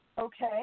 Okay